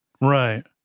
Right